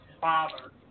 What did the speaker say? father